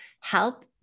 help